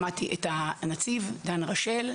שמעתי את הנציב דן רשל,